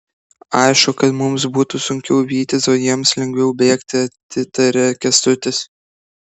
aišku kad mums būtų sunkiau vytis o jiems lengviau bėgti atitaria kęstutis